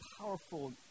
powerful